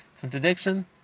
contradiction